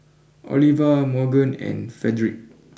Oliva Morgan and Fredrick